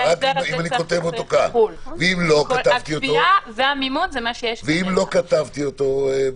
אם ההסדר הזה- -- ואם לא כתבתי אותו?